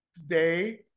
today